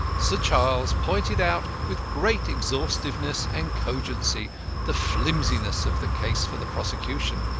sir charles pointed out with great exhaustiveness and cogency the flimsiness of the case for the prosecution,